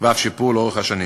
ואף שיפור לאורך השנים.